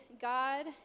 God